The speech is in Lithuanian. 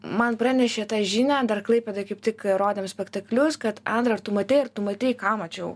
man pranešė tą žinią dar klaipėdoj kaip tik rodėm spektaklius kad andra ar tu matei ar tu matei ką mačiau